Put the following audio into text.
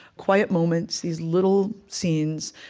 quiet moments, these little scenes,